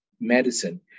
medicine